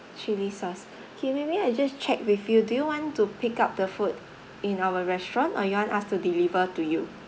chilli sauce K maybe I just check with you do you want to pick up the food in our restaurant or you want us to deliver to you